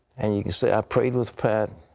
and you can say, i prayed with pat.